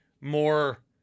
more